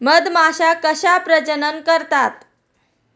मधमाश्या कशा प्रजनन करतात?